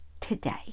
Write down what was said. today